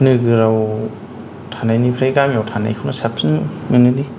नोगोराव थानायनिफ्राय गामियाव थानायखौनो साबसिन मोनोलै